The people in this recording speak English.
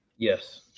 Yes